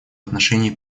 отношении